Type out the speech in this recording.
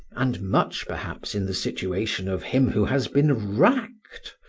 and much perhaps in the situation of him who has been racked,